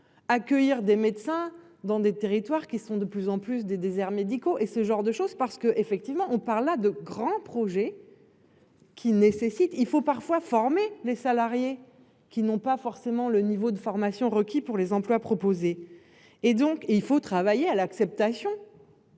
Accueillir des médecins dans des territoires qui sont de plus en plus des déserts médicaux et ce genre de chose parce que effectivement on parle à de grands projets. Qui nécessitent il faut parfois former les salariés qui n'ont pas forcément le niveau de formation requis pour les emplois proposés. Et donc et il faut travailler à l'acceptation.